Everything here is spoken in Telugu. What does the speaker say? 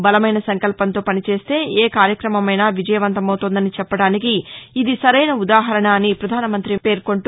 బలమైన సంకల్పంతో పని చేస్తే ఏ కార్యక్రమమైనా విజయవంతమవుతోందని చెప్పడానికి ఇది సరైన ఉదాహరణ అని పధాన మంతి పేర్కొంటూ